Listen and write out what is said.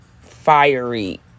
fiery